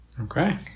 okay